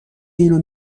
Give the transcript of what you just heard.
اینو